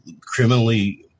criminally –